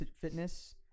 fitness